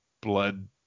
blood